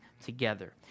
together